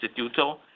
Instituto